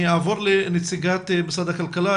אני אעבור לנציגת משרד הכלכלה,